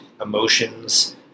emotions